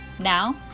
now